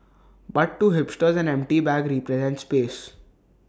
but to hipsters empty bagly presents space